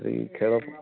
ସେଇ ଖେଳ